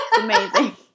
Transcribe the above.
amazing